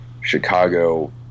Chicago